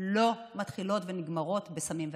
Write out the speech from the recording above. לא מתחילות ונגמרות בסמים ואלכוהול.